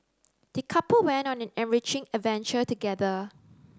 the couple went on an enriching adventure together